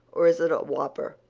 or is it a whopper?